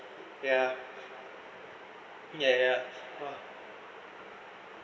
ya ya ya